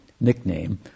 nickname